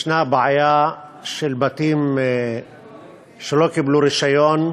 ישנה בעיה של בתים שלא קיבלו רישיון,